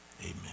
amen